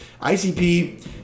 ICP